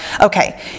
okay